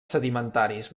sedimentaris